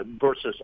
versus